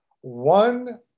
One